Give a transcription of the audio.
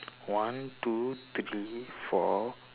one two three four